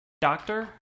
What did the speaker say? doctor